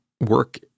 work